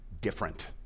different